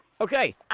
Okay